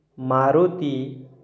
Maruti